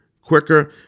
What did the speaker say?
quicker